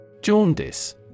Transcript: Jaundice